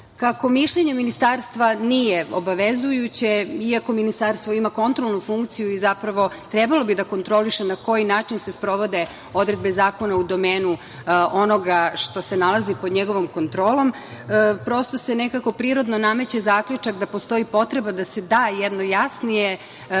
mišljenje ministarstva nije obavezujuće, iako ministarstvo ima kontrolnu funkciju i zapravo bi trebalo da kontroliše na koji način se sprovode odredbe Zakona u domenu onoga što se nalazi pod njegovom kontrolom, prosto se nekako prirodno nameće zaključak da postoji potreba da se da jedno jasnije